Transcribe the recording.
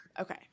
Okay